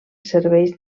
serveix